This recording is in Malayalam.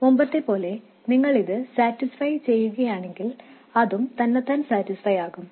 മുമ്പത്തെപ്പോലെ നിങ്ങൾ ഇത് സാറ്റിസ്ഫൈ ചെയ്യിക്കുകയാണെങ്കിൽ അതും തന്നത്താൻ സാറ്റിസ്ഫൈ ആകും